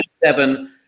Seven